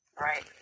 Right